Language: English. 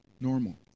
Normal